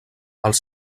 els